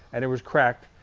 and it was cracked,